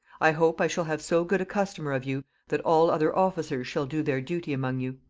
i hope i shall have so good a customer of you, that all other officers shall do their duty among you.